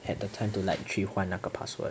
had the time to like 去换那个 password